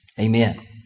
Amen